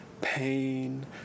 pain